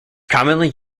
commonly